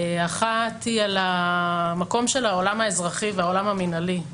אחת היא על המקום של העולם האזרחי והעולם המינהלי.